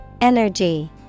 Energy